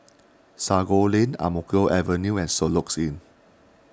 Sago Lane Ang Mo Kio Avenue and Soluxe Inn